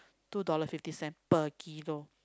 two dollar fifty cent per kilo